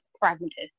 pragmatist